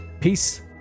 Peace